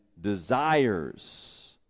desires